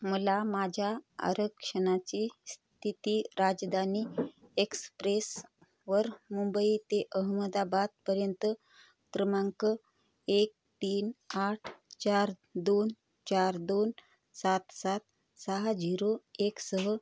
मला माझ्या आरक्षणाची स्थिती राजधानी एक्सप्रेस वर मुंबई ते अहमदाबादपर्यंत क्रमांक एक तीन आठ चार दोन चार दोन सात सात सहा झीरो एक सह